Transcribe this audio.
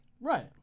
Right